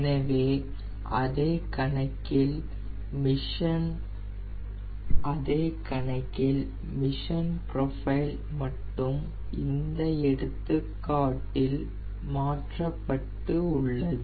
எனவே அதே கணக்கில் மிஷன் ப்ரொஃபைல் மட்டும் இந்த எடுத்துக்காட்டில் மாற்றப்பட்டுள்ளது